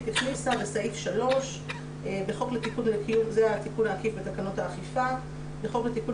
הכניסה בסעיף 3. זה התיקון העקיף בתקנות האכיפה: "בחוק לתיקון